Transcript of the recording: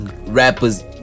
rappers